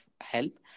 help